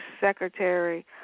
secretary